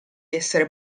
essere